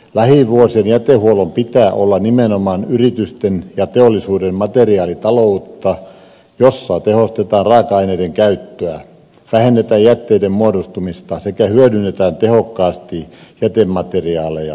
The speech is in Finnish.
lähivuosien jätehuollon pitää olla nimenomaan yritysten ja teollisuuden materiaalitaloutta jossa tehostetaan raaka aineiden käyttöä vähennetään jätteiden muodostumista sekä hyödynnetään tehokkaasti jätemateriaaleja